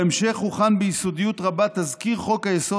בהמשך הוכן ביסודיות רבה תזכיר חוק-היסוד